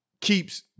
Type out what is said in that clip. keeps